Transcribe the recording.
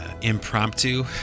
impromptu